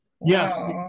Yes